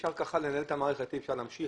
כך אי אפשר לנהל את המערכת ואי אפשר להמשיך.